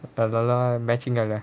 அதுலாம்:athulaam matching